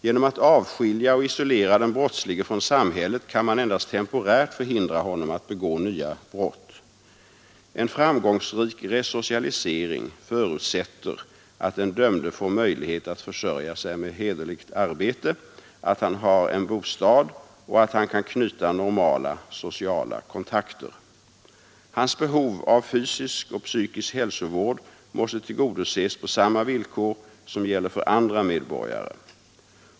Genom att avskilja och isolera den brottslige från samhället kan man endast temporärt hindra honom att begå nya brott. En framgångsrik resocialisering förutsätter att den dömde får möjlighet att försörja sig med hederligt arbete, att han har en bostad och att han kan knyta normala sociala kontakter. Hans behov av fysisk och psykisk hälsovård måste tillgodoses på samma villkor som gäller för andra medborgare.